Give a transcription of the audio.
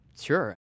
Sure